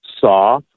saw